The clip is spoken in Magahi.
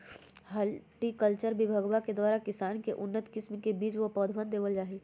हॉर्टिकल्चर विभगवा के द्वारा किसान के उन्नत किस्म के बीज व पौधवन देवल जाहई